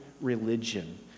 religion